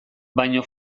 baino